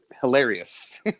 hilarious